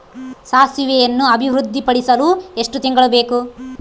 ಸಾಸಿವೆಯನ್ನು ಅಭಿವೃದ್ಧಿಪಡಿಸಲು ಎಷ್ಟು ತಿಂಗಳು ಬೇಕು?